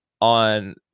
on